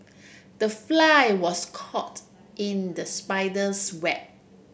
the fly was caught in the spider's web